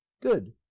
good